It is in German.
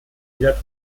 wieder